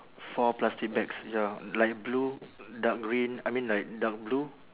four plastic bags ya light blue dark green I mean like dark blue